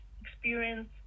experience